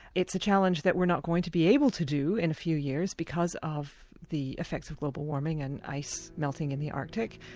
it's a challenge that we're not going to be able to do in a few years because of the effects of global warming and ice melting in the arctic,